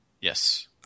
Yes